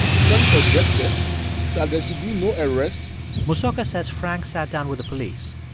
frank suggested that there should be no arrests mosoka says frank sat down with the police.